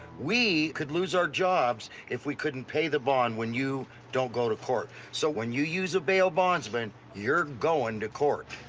we could lose our jobs if we couldn't pay the bond when you don't go to court. so when you use a bail bondsman you're going and to court.